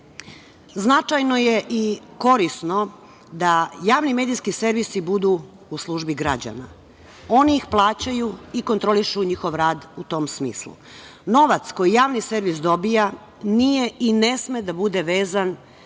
je i korisno da javni medijski servisi budu u službi građana. Oni ih plaćaju i kontroliši njihov rad u tom smislu. Novac koji javni servis dobija nije i ne sme da bude vezan